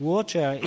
Water